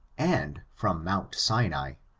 and from mount sinai.